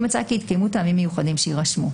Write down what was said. אם מצא כי התקיימו טעמים מיוחדים שיירשמו,